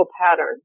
pattern